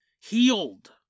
healed